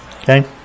Okay